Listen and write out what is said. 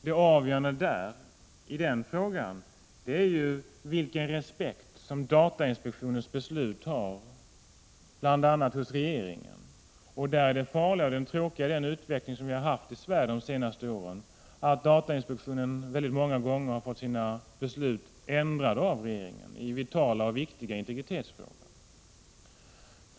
Det avgörande i den frågan är vilken respekt som datainspektionens beslut har bl.a. hos regeringen. Där är det farliga och det tråkiga i den utveckling som vi har haft i Sverige de senaste åren att datainspektionen många gånger har fått sina beslut ändrade av regeringen i vitala och viktiga integritetsfrågor.